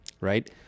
right